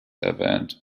erwähnt